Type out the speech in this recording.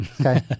Okay